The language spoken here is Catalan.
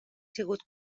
sigut